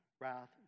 wrath